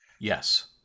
Yes